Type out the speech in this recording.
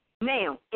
Now